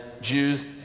Jews